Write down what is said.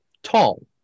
Tall